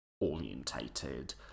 orientated